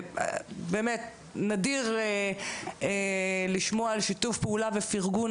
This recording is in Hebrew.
ובאמת נדיר לשמוע על שיתוף פעולה ופרגון